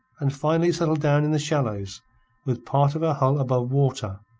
and finally settled down in the shallows with part of her hull above water.